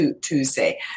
Tuesday